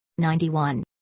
91